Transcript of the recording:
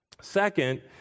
Second